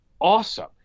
awesome